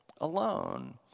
alone